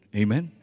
amen